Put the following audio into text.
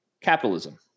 capitalism